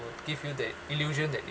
will give you the illusion that it